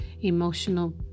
emotional